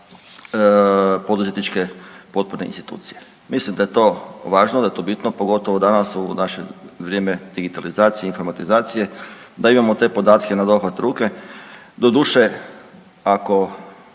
poduzetničke potporne institucije. Mislim da je to važno, da je to bitno, pogotovo danas u naše vrijeme digitalizacije, informatizacije da imamo te podatke na dohvat ruke. Doduše ako